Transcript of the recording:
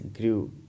grew